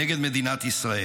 נגד מדינת ישראל.